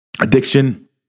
addiction